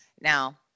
Now